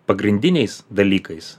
pagrindiniais dalykais